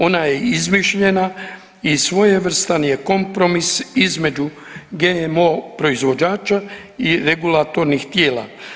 Ona je izmišljena i svojevrstan je kompromis između GMO proizvođača i regulatornih tijela.